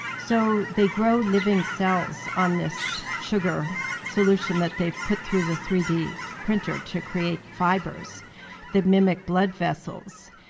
so they grow living cells on this sugar solution that they've put through the three d printer to create fibers that mimic blood vessels.